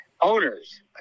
Owners